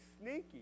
sneaky